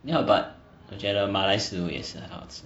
ya but 我觉得马来食物也是很好吃